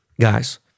Guys